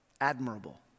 admirable